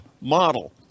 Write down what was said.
model